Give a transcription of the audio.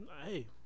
hey